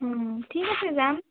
ঠিক আছে যাম